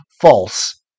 false